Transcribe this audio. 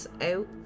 out